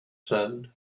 said